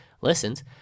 listens